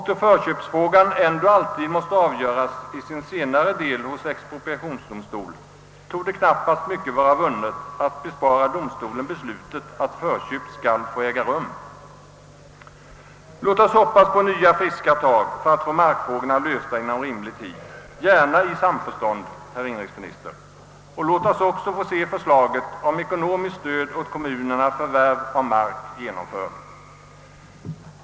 Då förköpsfrågan ändå alltid måste avgöras i sin senare del hos expropriationsdomstol, torde knappast mycket vara vunnet med att bespara domstolen beslutet att förköp skall få äga rum. Låt oss hoppas på nya friska tag för att få markfrågorna lösta inom rimlig tid, gärna i samförstånd, herr inrikesminister, och låt oss också få se förslaget om ekonomiskt stöd åt kommunerna för förvärv av mark genomfört!